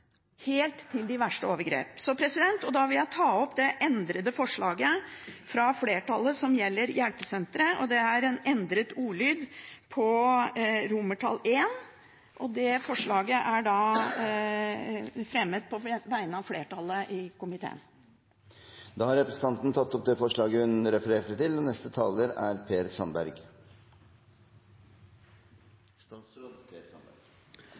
helt til de verste overgrep. Da vil jeg ta opp det endrede forslaget fra flertallet som gjelder hjelpesentret. Det er en endret ordlyd på I. Det forslaget er da fremmet på vegne av flertallet i komiteen. Da har representanten Karin Andersen tatt opp forslaget hun refererte til. Først må jeg få lov til å si at jeg slutter meg til representanten Andersen. Når man får denne type henvendelser, så er